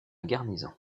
garnison